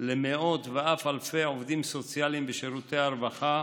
למאות ואף אלפי עובדים סוציאליים בשירותי הרווחה